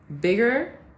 bigger